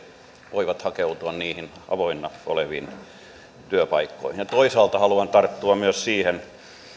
voivat hakeutua niihin avoinna oleviin työpaikkoihin toisaalta haluan tarttua myös siihen